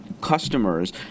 customers